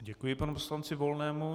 Děkuji panu poslanci Volnému.